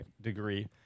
degree